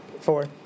Four